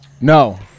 no